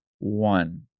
One